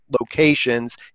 locations